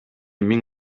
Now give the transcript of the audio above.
миң